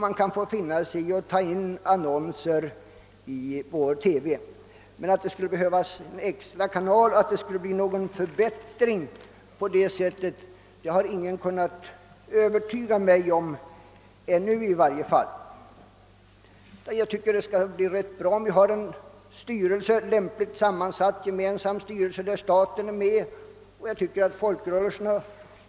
Men att reklam skulle utgöra någon förbättring av programmen har ingen kunnat övertyga mig om. Inte heller har jag kunnat komma till den uppfattningen att det skulle vara till någon fördel om annonsörerna på ett eller annat sätt finge inflytande över en av kanalerna.